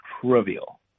trivial